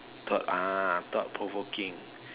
thought ah thought provoking